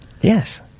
yes